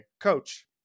coach